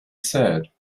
said